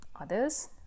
others